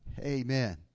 Amen